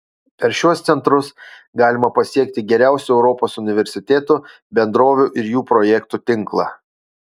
per šiuos centrus galima pasiekti geriausių europos universitetų bendrovių ir jų projektų tinklą